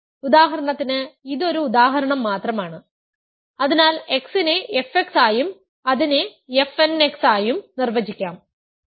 ഉദാഹരണത്തിന് ഇത് ഒരു ഉദാഹരണo മാത്രമാണ് അതിനാൽ x നെ fx ആയും അതിനെ fnx ആയും നിർവചിക്കാo